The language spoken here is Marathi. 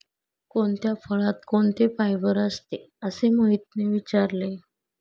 कोणत्या फळात कोणते फायबर असते? असे मोहितने विचारले